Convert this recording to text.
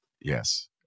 Yes